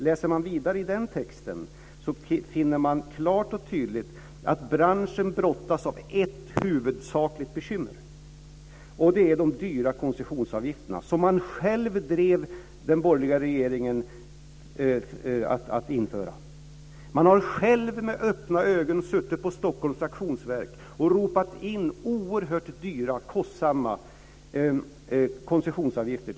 Läser man vidare i den texten finner man klart och tydligt att branschen brottas med ett huvudsakligt bekymmer. Det är de dyra koncessionsavgifterna som den borgerliga regeringen själv drev att man skulle införa. Man har med öppna ögon suttit på Stockholms auktionsverk och ropat in oerhört dyra koncessionsavgifter.